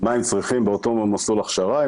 מה הם צריכים באותו מסלול הכשרה,